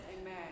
Amen